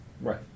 Right